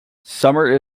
summer